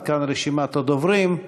עד כאן רשימת הדוברים.